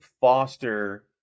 foster